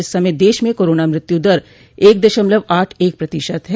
इस समय देश में कोरोना मृत्यु दर एक दशमलव आठ एक प्रतिशत है